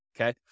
okay